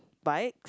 bike